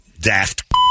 daft